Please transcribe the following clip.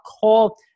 call